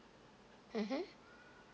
hmm mm